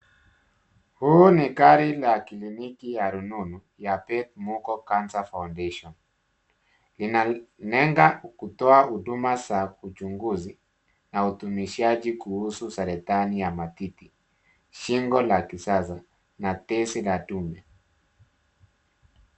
Hii ni gari la kliniki ya rununu ya Beth Mugo Cancer Foundation . Linalenga kutoa huduma za uchunguzi na udumishaji kuhusu saratani ya matiti, shingo la kizazi na tezi la dume.